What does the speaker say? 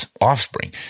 offspring